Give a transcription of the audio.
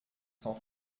cent